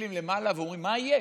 מסתכלים למעלה ואומרים: מה יהיה,